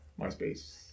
MySpace